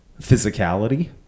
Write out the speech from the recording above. physicality